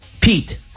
Pete